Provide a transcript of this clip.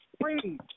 free